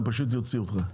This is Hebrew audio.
אני פשוט יוציא אותך,